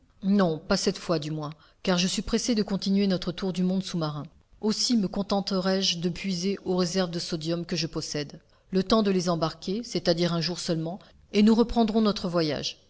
non pas cette fois du moins car je suis pressé de continuer notre tour du monde sous-marin aussi me contenterai je de puiser aux réserves de sodium que je possède le temps de les embarquer c'est-à-dire un jour seulement et nous reprendrons notre voyage